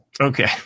Okay